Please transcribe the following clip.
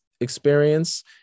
experience